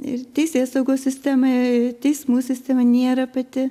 ir teisėsaugos sistema ir teismų sistema nėra pati